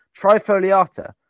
Trifoliata